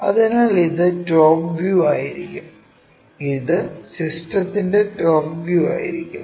അതിനാൽ ഇത് top view ആയിരിക്കും ഇത് സിസ്റ്റത്തിന്റെ ടോപ്പ് വ്യൂ ആയിരിക്കും